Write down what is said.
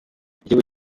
igihugu